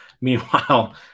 Meanwhile